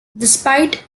despite